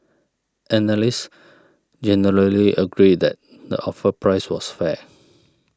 analysts generally agreed that the offer price was fair